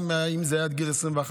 גם אם זה עד גיל 21,